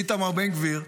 איתמר בן גביר,